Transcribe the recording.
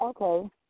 Okay